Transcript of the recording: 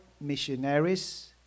missionaries